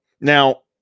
Now